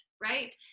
right